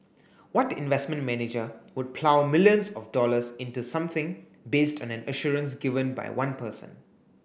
what investment manager would plough millions of dollars into something based on an assurance given by one person